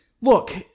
look